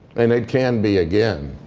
and it can be again.